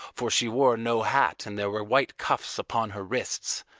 for she wore no hat and there were white cuffs upon her wrists.